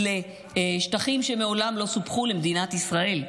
לשטחים שמעולם לא סופחו למדינת ישראל.